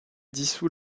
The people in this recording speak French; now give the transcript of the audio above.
dissout